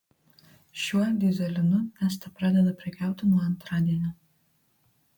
šiuo dyzelinu neste pradeda prekiauti nuo antradienio